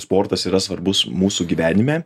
sportas yra svarbus mūsų gyvenime